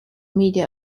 media